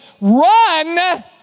run